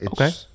Okay